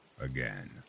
again